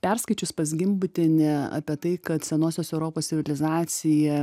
perskaičius pas gimbutienę apie tai kad senosios europos civilizacija